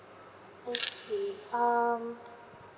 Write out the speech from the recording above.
okay um